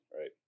right